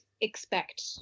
expect